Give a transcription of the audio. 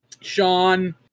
sean